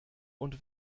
und